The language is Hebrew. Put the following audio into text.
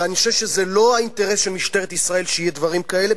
ואני חושב שזה לא האינטרס של משטרת ישראל שיהיו דברים כאלה,